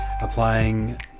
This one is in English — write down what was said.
applying